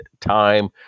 time